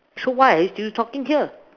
so why are you still talking here